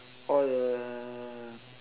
for the